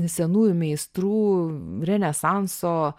senųjų meistrų renesanso